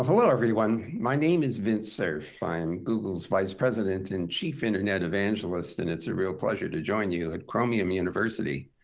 ah everyone. my name is vint cerf. i am google's vice president and chief internet evangelist. and it's a real pleasure to join you at chromium university.